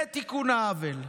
זה תיקון העוול.